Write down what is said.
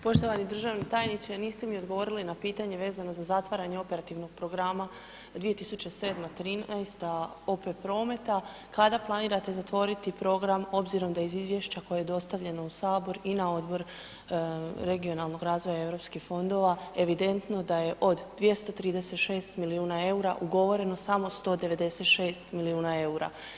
Poštovani državni tajniče, niste mi odgovorili na pitanje vezano za zatvaranje Operativnog programa 2007.-2013., OP Prometa, kada planirate zatvoriti Program obzirom da je iz Izvješća koje je dostavljeno u Sabor i na Odbor regionalnog razvoja i Europskih fondova evidentno da je od 236 milijuna EUR-a ugovoreno samo 196 milijuna EUR-a.